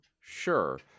Sure